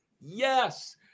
Yes